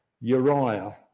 Uriah